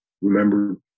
remember